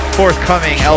forthcoming